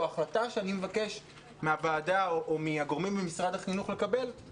או ההחלטה שאני מבקש מן הוועדה או מן הגורמים במשרד החינוך לקבל היא